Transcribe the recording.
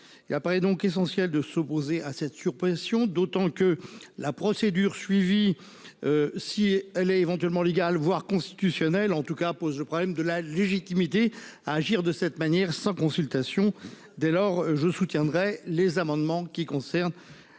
Et apparaît donc essentiel de s'opposer à cette surpression d'autant que la procédure suivie. Si elle a éventuellement légal voire constitutionnel en tout cas pose le problème de la légitimité à agir de cette manière sans consultation dès lors je soutiendrai les amendements qui concerne